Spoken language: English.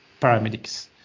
paramedics